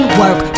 work